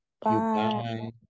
Bye